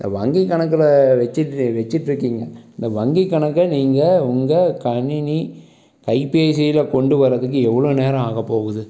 இந்த வங்கி கணக்கில் வெச்சுட்டு வெச்சுட்ருக்கிங்க இந்த வங்கி கணக்கை நீங்கள் உங்கள் கணினி கைப்பேசியில் கொண்டு வரதுக்கு எவ்வளோ நேரம் ஆகப்போகுது